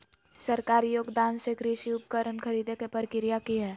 सरकारी योगदान से कृषि उपकरण खरीदे के प्रक्रिया की हय?